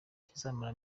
kizamara